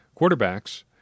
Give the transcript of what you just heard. quarterbacks